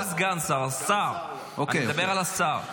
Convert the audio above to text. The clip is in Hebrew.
לא סגן שר, אני מדבר על השר.